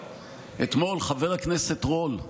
חבר הכנסת רול,